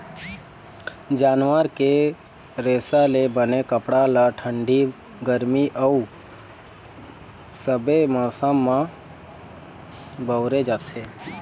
जानवर के रेसा ले बने कपड़ा ल ठंडी, गरमी अउ सबे मउसम म बउरे जाथे